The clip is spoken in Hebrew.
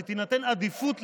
אתה יודע בדיוק את מה הוא מייצג,